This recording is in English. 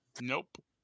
Nope